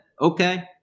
okay